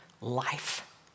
life